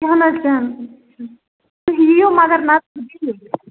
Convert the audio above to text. کیٚنٛہہ نہَ حظ کیٚنٛہہ چھُنہٕ تُہۍ یِیِو مگر نظر دِیِو